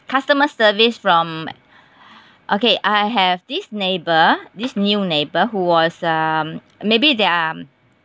customer service from okay I have this neighbour this new neighbour who was um maybe they are